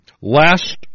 Last